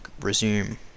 resume